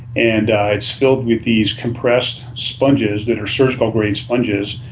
and it's filled with these compressed sponges that are surgical grade sponges,